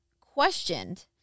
questioned